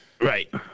right